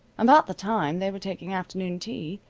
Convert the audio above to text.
about the time they were taking afternoon tea,